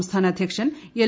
സംസ്ഥാന ആധ്യിക്ഷൻ എൽ